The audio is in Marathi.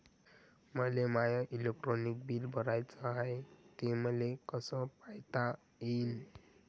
मले माय इलेक्ट्रिक बिल भराचं हाय, ते मले कस पायता येईन?